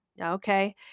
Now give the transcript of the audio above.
Okay